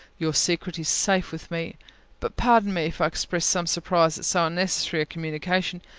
your secret is safe with me but pardon me if i express some surprise at so unnecessary a communication.